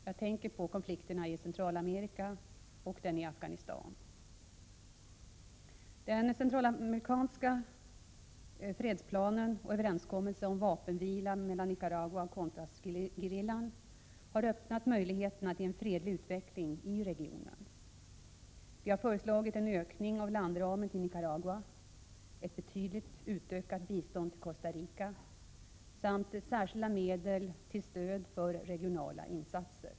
Jag tänker på konflikterna i Centralamerika och Afghanistan. Den centralamerikanska fredsplanen och överenskommelsen om vapenvila mellan Nicaragua och contrasgerillan har öppnat möjligheterna till en fredlig utveckling i regionen. Vi har föreslagit en ökning av landramen till Nicaragua, ett betydligt utökat bistånd till Costa Rica samt särskilda medel tillstöd för regionala insatser.